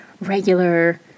regular